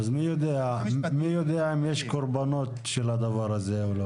מי יודע אם יש קורבנות לדבר הזה היום?